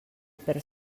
per